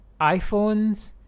iPhones